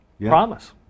promise